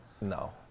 No